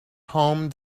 home